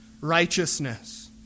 righteousness